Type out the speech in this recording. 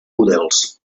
models